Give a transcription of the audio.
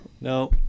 No